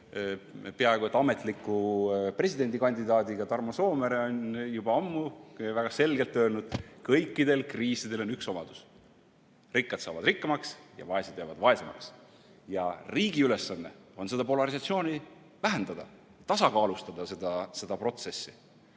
peaaegu et ametliku presidendikandidaadiga. Tarmo Soomere on juba ammu väga selgelt öelnud, et kõikidel kriisidel on üks omadus: rikkad saavad rikkamaks ja vaesed jäävad vaesemaks. Riigi ülesanne on seda polarisatsiooni vähendada, tasakaalustada seda protsessi.